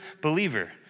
believer